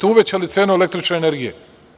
Uvećali ste 970% cenu električne energije.